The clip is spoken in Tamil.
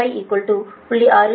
6 எனவே Tanφ0